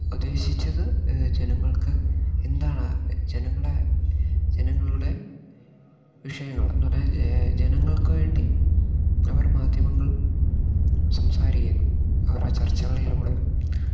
ഉദ്ദേശിച്ചത് ജനങ്ങൾക്ക് എന്താണാ ജനങ്ങളെ ജനങ്ങളുടെ വിഷയങ്ങൾ എന്നു പറഞ്ഞാൽ ജേ ജനങ്ങൾക്ക് വേണ്ടി അവർ മാധ്യമങ്ങൾ സംസാരിക്കുന്നു അവരുടെ ചർച്ചകളിലൂടെ